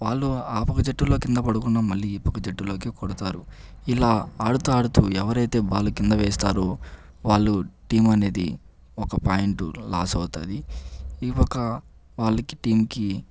వాళ్లు ఆ పక్క జట్టులో కింద పడకుండా మళ్ళీ ఈ పక్క జట్టులోకి కొడతారు ఇలా ఆడుతా ఆడుతూ ఎవరైతే బాల్ కింద వేస్తారో వాళ్ళ టీమ్ అనేది ఒక పాయింట్ లాస్ అవుతుంది ఈ ఒక్క వాళ్ళకి టీమ్ కి